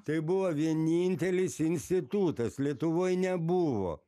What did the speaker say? tai buvo vienintelis institutas lietuvoj nebuvo